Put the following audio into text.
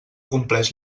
compleix